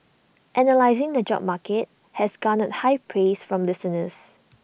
analysing the job market has garnered high praise from listeners